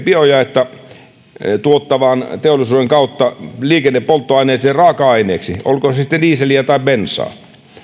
biojaetta tuottavan teollisuuden kautta liikennepolttoaineeseen raaka aineeksi olkoon se sitten dieseliä tai bensaa